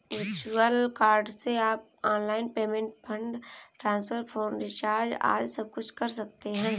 virtual card से आप online payment, fund transfer, phone recharge आदि सबकुछ कर सकते हैं